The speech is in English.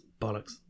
Bollocks